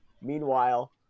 Meanwhile